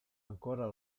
ancora